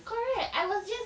correct I was just